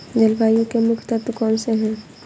जलवायु के मुख्य तत्व कौनसे हैं?